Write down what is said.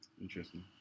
Interesting